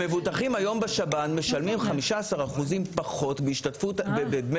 המבוטחים היום בשב"ן משלמים 15% פחות בדמי